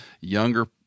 younger